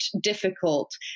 difficult